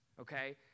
Okay